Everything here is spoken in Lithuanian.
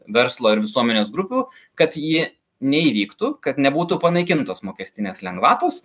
verslo ir visuomenės grupių kad ji neįvyktų kad nebūtų panaikintos mokestinės lengvatos